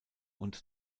und